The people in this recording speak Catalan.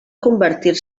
convertir